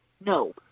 no